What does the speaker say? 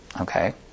Okay